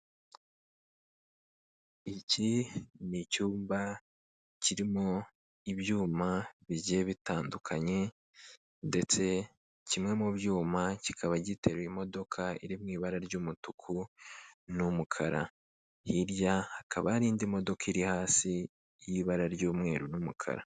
Iki ni icyumba kirimo ibyuma bigiye bitandukanye ndetse kimwe mu byuma kikaba giteruye imodoka iri mu ibara ry'umutuku n'umukara, hirya hakaba hari indi modoka iri hasi y'ibara ry'umweru n'umukara.